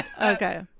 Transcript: Okay